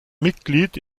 mitglied